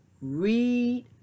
read